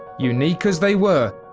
unique as they were,